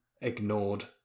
ignored